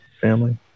family